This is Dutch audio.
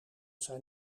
zijn